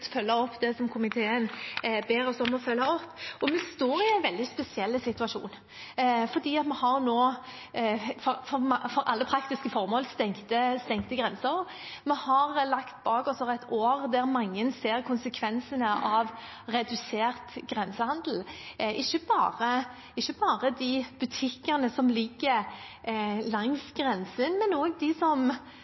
følge opp det som komiteen ber oss om å følge opp, og vi står i en veldig spesiell situasjon. Vi har nå, for alle praktiske formål, stengte grenser. Vi har lagt bak oss et år der mange ser konsekvensene av redusert grensehandel. Ikke bare butikkene som ligger langs grensen, men også de som